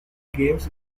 games